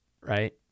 right